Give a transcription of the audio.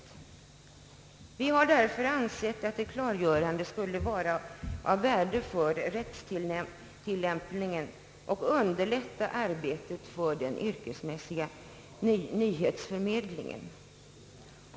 Vi har därför ansett att ett klargörande skulle vara av värde för rättstillämpningen och skulle underlätta arbetet för den yrkesmässiga nyhetsförmedlingen.